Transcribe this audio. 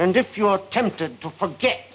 and if you are tempted to forget